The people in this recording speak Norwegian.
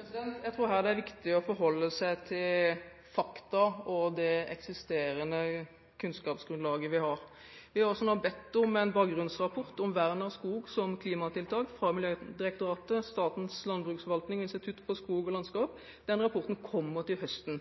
Jeg tror det her er viktig å forholde seg til fakta og det eksisterende kunnskapsgrunnlaget vi har. Vi har nå bedt om en bakgrunnsrapport om vern av skog som klimatiltak fra Miljødirektoratet, Statens landbruksforvaltning og Norsk institutt for skog og landskap. Den rapporten kommer til høsten.